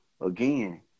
again